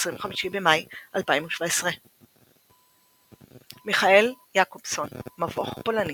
25 במאי 2017 מיכאל יעקובסון, מבוך פולני